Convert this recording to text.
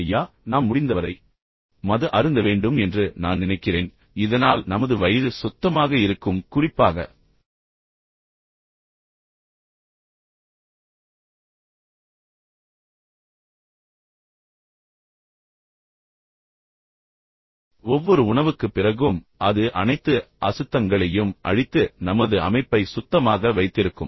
எனவே ஐயா நாம் முடிந்தவரை மது அருந்த வேண்டும் என்று நான் நினைக்கிறேன் இதனால் நமது வயிறு சுத்தமாக இருக்கும் குறிப்பாக ஒவ்வொரு உணவுக்குப் பிறகும் அது அனைத்து அசுத்தங்களையும் அழித்து நமது அமைப்பைச் சுத்தமாக வைத்திருக்கும்